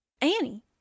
Annie